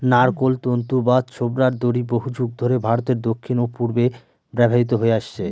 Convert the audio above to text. নারকোল তন্তু বা ছোবড়ার দড়ি বহুযুগ ধরে ভারতের দক্ষিণ ও পূর্বে ব্যবহৃত হয়ে আসছে